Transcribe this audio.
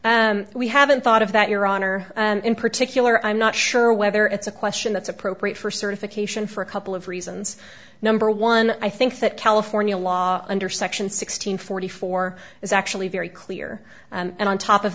and we haven't thought of that your honor and in particular i'm not sure whether it's a question that's appropriate for certification for a couple of reasons number one i think that california law under section sixteen forty four is actually very clear and on top of